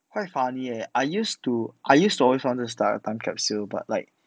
quite funny leh I used to I used to alway wanted stuff on capsule but like